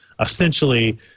essentially